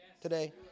today